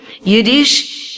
Yiddish